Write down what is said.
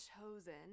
chosen